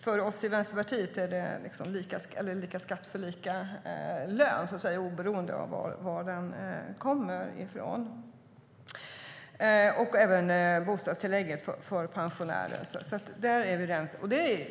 För oss i Vänsterpartiet är det självklart med lika skatt för lika lön, oberoende av varifrån den kommer. Det gäller även bostadstillägget för pensionärer. Också där är vi överens.